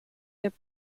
their